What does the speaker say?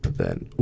then, whoop,